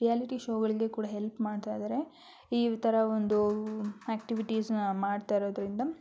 reality ಶೋಗಳಿಗೆ ಕೂಡ help ಮಾಡ್ತಾ ಇದ್ದಾರೆ ಈ ಥರ ಒಂದು ಆಕ್ಟಿವಿಟೀಸನ್ನ ಮಾಡ್ತಾ ಇರೋದರಿಂದ